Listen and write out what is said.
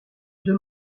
deux